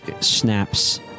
snaps